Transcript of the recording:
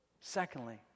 secondly